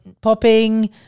Popping